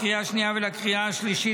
לקריאה שנייה ולקריאה שלישית,